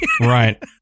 Right